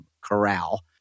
corral